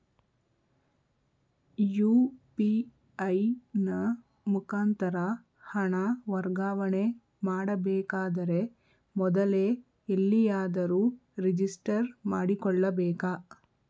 UPI ನ ಮುಖಾಂತರ ಹಣ ವರ್ಗಾವಣೆ ಮಾಡಬೇಕಾದರೆ ಮೊದಲೇ ಎಲ್ಲಿಯಾದರೂ ರಿಜಿಸ್ಟರ್ ಮಾಡಿಕೊಳ್ಳಬೇಕಾ?